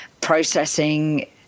processing